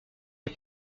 est